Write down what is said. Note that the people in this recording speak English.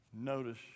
notice